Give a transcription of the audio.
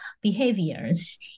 behaviors